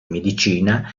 medicina